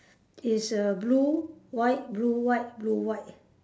is err blue white blue white blue white